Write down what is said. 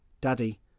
Daddy